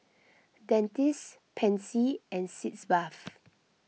Dentiste Pansy and Sitz Bath